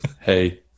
hey